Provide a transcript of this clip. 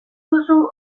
duzu